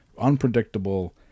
Unpredictable